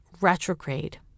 retrograde